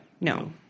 no